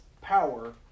power